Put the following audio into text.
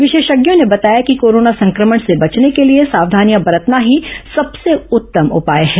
विशेषज्ञों ने बताया कि कोरोना संक्रमण से बचने के लिए सावधानियां बरतना ही सबसे उत्तम उपाय है